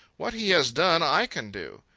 what he has done, i can do.